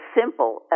simple